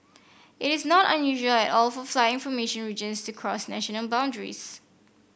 it is not unusual at all for flight information regions to cross national boundaries